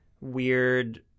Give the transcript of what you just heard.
weird